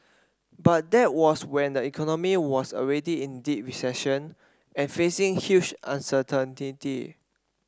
but that was when the economy was already in deep recession and facing huge